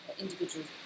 individuals